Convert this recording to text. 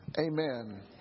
Amen